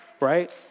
Right